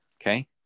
okay